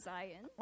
Zion